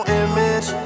image